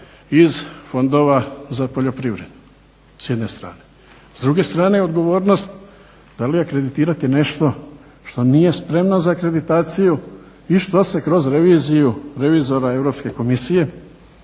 iz fondova za poljoprivredu s jedne strane. S druge strane je odgovornost, da li akreditirati nešto što nije spremno za akreditaciju i što se kroz reviziju, revizora Europske komisije